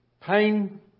pain